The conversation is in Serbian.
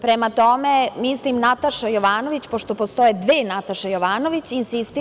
Prema tome, mislim Nataša Jovanović, pošto postoje dve Nataše Jovanović, insistiram…